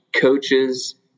coaches